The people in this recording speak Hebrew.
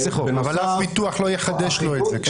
אבל אף ביטוח לא יחדש לו את זה.